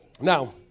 Now